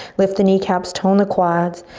lift the kneecaps tone the quads.